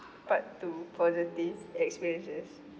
part two positive experiences